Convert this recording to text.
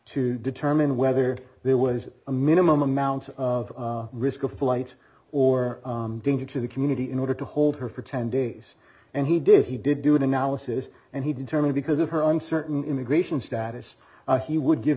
to determine whether there was a minimum amount of risk of flight or danger to the community in order to hold her for ten days and he did he did do an analysis and he determined because of her uncertain immigration status he would give